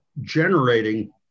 generating